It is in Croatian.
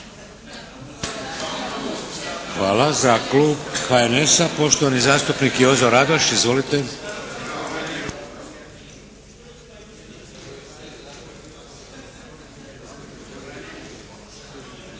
Hvala. Za klub HNS-a poštovani zastupnik Jozo Radoš. Izvolite.